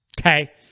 okay